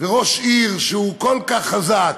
וראש עיר שהוא כל כך חזק